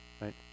right